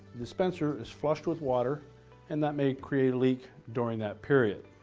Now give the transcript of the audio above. dispenser is flushed with water and that may create a leak during that period.